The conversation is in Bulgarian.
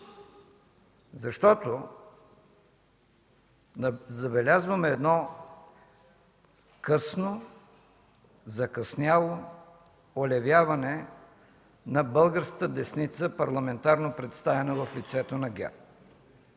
в това. Забелязваме едно късно, закъсняло олевяване на българската десница, парламентарно представена в лицето на ГЕРБ.